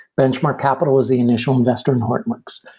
benchmark capital is the initial investor in hortonworks.